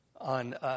on